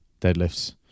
deadlifts